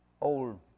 old